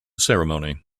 ceremony